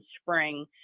spring